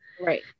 right